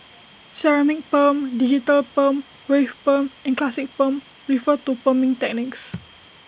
ceramic perm digital perm wave perm and classic perm refer to perming techniques